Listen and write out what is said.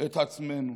את עצמנו